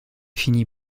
finit